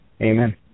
Amen